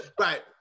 Right